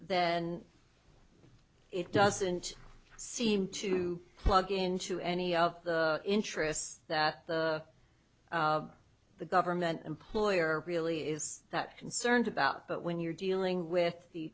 and it doesn't seem to plug into any of the interests that the government employer really is that concerned about but when you're dealing with the